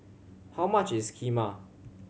how much is Kheema